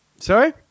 Sorry